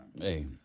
Hey